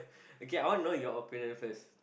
okay I want to know your opinion first